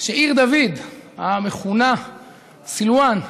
שעיר דוד, המכונה סילוואן,